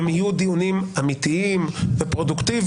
הם יהיו דיונים אמיתיים ופרודוקטיביים,